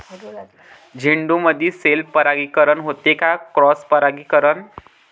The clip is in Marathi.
झेंडूमंदी सेल्फ परागीकरन होते का क्रॉस परागीकरन?